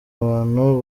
abantu